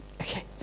okay